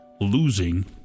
Losing